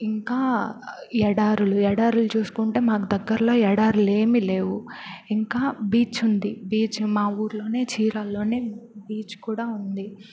ఇంకా ఎడారులు ఎడారులు చూసుకుంటే మాకు దగ్గరలో ఎడారులు ఏమీ లేవు ఇంకా బీచ్ ఉంది బీచ్ మా ఊర్లోనే చీరాలలోనే బీచ్ కూడా ఉంది